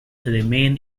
remain